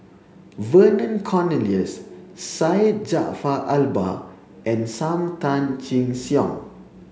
Vernon Cornelius Syed Jaafar Albar and Sam Tan Chin Siong